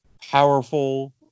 powerful